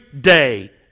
day